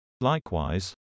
Likewise